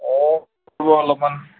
অ আছোঁ অলপমান